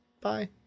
bye